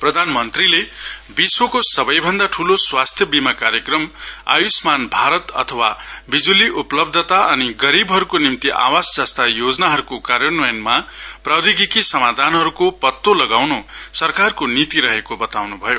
प्रधान मन्त्रीले विश्वको सबैभन्दा ठूलो स्वास्थ्य बीमा कार्यक्रम आयुष्मान भारत अथवा विजुली उपलब्धता अनि गरीबहरुको निम्ति आवास जस्ता योजनाहरुको कार्यान्वयनमा प्रौधोगिकी समाधानहरुको पत्तो लगाउँनु सरकारको निति रहेको बताउँनु भयो